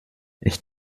ich